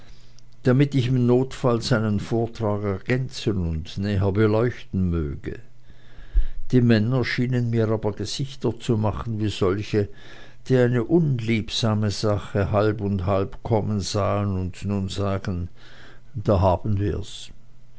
damit ich im notfall seinen vortrag ergänzen und näher beleuchten möge die männer schienen mir aber gesichter zu machen wie solche die eine unliebsame sache halb und halb kommen sahen und nun sagen da haben wir's